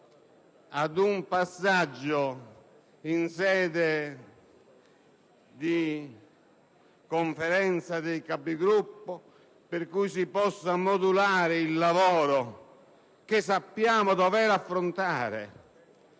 ad un passaggio in sede di Conferenza dei Capigruppo, al fine di modulare il lavoro che sappiamo dover affrontare